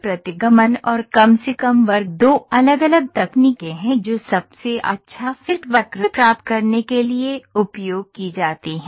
प्रतिगमन और कम से कम वर्ग दो अलग अलग तकनीकें हैं जो सबसे अच्छा फिट वक्र प्राप्त करने के लिए उपयोग की जाती हैं